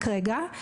רק רגע.